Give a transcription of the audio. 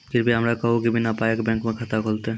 कृपया हमरा कहू कि बिना पायक बैंक मे खाता खुलतै?